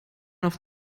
auf